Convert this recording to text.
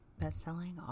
best-selling